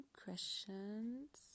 questions